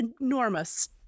enormous